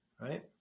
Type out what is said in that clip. right